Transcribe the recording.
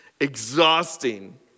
exhausting